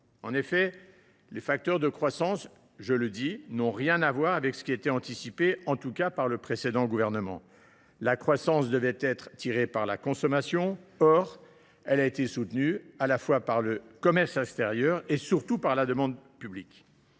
souligne, les facteurs de croissance n’ont rien à voir avec ce qui était anticipé, en tout cas par le précédent gouvernement. La croissance devait être tirée par la consommation. Or elle a été soutenue non seulement par le commerce extérieur, mais aussi et surtout par la demande publique.